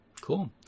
Cool